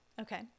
okay